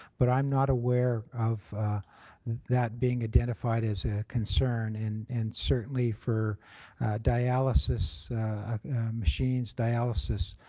but i'm not aware of that being identified as a concern, and and certainly for dialysis machines, dialysis